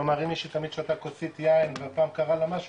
כלומר אם מישהי תמיד שותה כוסית יין ופעם קרה לה משהו,